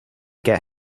get